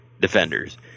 defenders